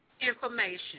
information